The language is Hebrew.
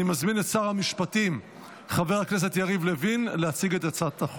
אני מזמין את שר המשפטים חבר הכנסת יריב לוין להציג את הצעת החוק.